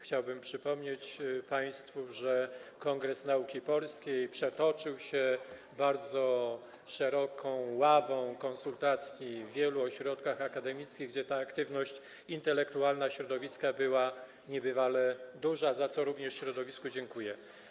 Chciałbym państwu przypomnieć, że kongres nauki polskiej przetoczył się bardzo szeroką ławą konsultacji przez wiele ośrodków akademickich, gdzie ta aktywność intelektualna środowiska była niebywale duża, za co również środowisku dziękuję.